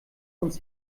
uns